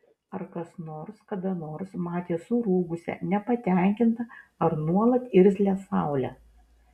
ar kas nors kada nors matė surūgusią nepatenkintą ar nuolat irzlią saulę